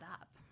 up